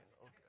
okay